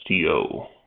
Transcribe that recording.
STO